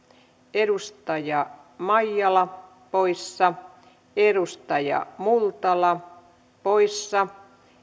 edustaja maijala poissa edustaja multala poissa